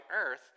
earth